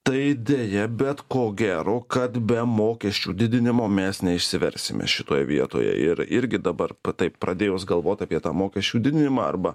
tai deja bet ko gero kad be mokesčių didinimo mes neišsiversime šitoj vietoje ir irgi dabar taip pradėjus galvoti apie tą mokesčių didinimą arba